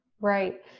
right